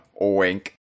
Wink